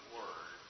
word